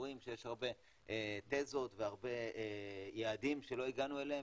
רואים שיש הרבה תזות והרבה יעדים שלא הגענו אליהם,